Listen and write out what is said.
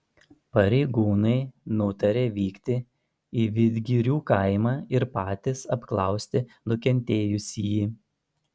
pareigūnai nutarė vykti į vidgirių kaimą ir patys apklausti nukentėjusįjį